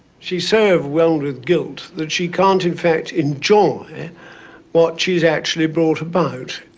she's so overwhelmed with guilt that she can't, in fact, enjoy what she's actually brought about,